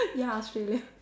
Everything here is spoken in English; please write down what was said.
ya Australia